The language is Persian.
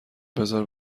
بزار